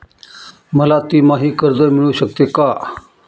मला तिमाही कर्ज मिळू शकते का?